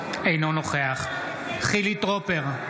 אינו נוכח חילי טרופר,